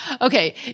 Okay